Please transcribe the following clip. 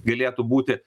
galėtų būti